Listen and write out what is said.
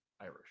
Irish